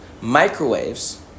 Microwaves